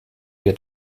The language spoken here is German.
wir